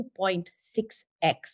2.6x